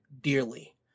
dearly